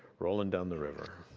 rolling down the river.